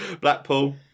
Blackpool